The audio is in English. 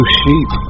sheep